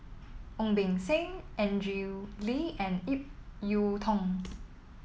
Ong Beng Seng Andrew Lee and Ip Yiu Tung